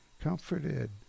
comforted